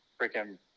freaking